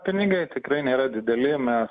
pinigai tikrai nėra dideli mes